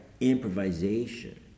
improvisation